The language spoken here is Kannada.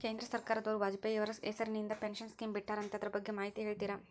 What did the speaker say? ಕೇಂದ್ರ ಸರ್ಕಾರದವರು ವಾಜಪೇಯಿ ಅವರ ಹೆಸರಿಂದ ಪೆನ್ಶನ್ ಸ್ಕೇಮ್ ಬಿಟ್ಟಾರಂತೆ ಅದರ ಬಗ್ಗೆ ಮಾಹಿತಿ ಹೇಳ್ತೇರಾ?